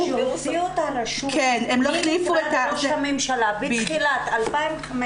--- כשהוציאו את הרשות ממשרד ראש הממשלה בתחילת 2015,